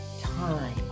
time